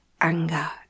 anger